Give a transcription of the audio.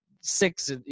six